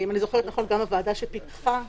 גם הוועדה שפיקחה